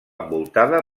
envoltada